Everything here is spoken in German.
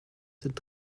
sind